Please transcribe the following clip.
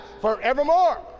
forevermore